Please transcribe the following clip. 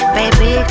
baby